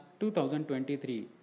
2023